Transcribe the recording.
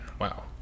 wow